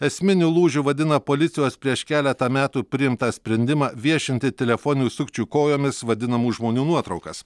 esminiu lūžiu vadina policijos prieš keletą metų priimtą sprendimą viešinti telefoninių sukčių kojomis vadinamų žmonių nuotraukas